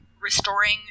restoring